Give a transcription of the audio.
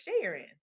sharing